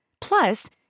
Plus